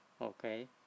Okay